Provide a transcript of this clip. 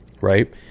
right